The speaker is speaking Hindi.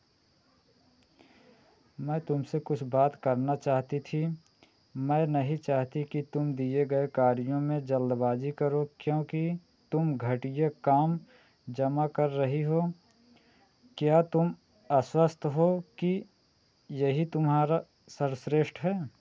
मैं तुमसे कुछ बात करना चाहती थी मैं नहीं चाहती की तुम दिए गए कार्यों में जल्दबाज़ी करो क्योंकि तुम घटिया काम जमा कर रही हो क्या तुम आश्वस्त हो कि यही तुम्हारा सर्वश्रेष्ठ है